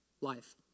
life